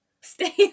stay